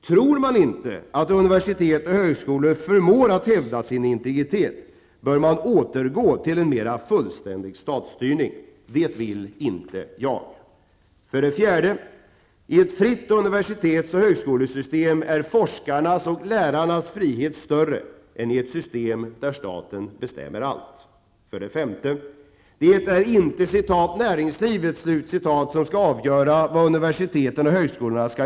På vilket sätt skulle ställningen för forskning och utbildning stärkas inom ämnesområden som har ett starkt samhällsintresse, men där intresset från näringslivet är svagt eller obefintligt? 6.